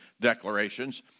declarations